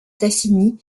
tassigny